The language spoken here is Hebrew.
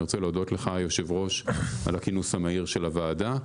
אני רוצה להודות לך על הכינוס המהיר של הוועדה.